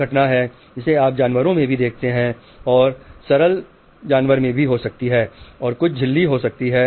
यह एक घटना है जिसे आप जानवरों में देखते हैं और सरल जानवर हो सकते हैं और कुछ झिल्ली हो सकते हैं